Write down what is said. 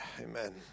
Amen